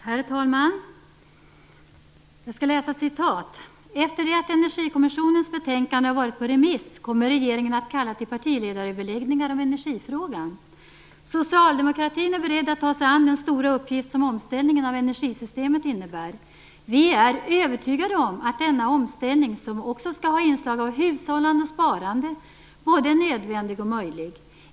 Herr talman! Jag skall läsa citat: "Efter det att Energikommissionens betänkande har varit på remiss kommer regeringen att kalla till partiledaröverläggningar om energifrågan. Socialdemokratin är beredd att ta sig an den stora uppgift som omställningen av energisystemet innebär. Vi är övertygade om att denna omställning, som också ska ha inslag av hushållande och sparande, både är nödvändig och möjlig.